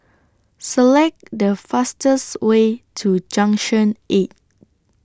Select The fastest Way to Junction eight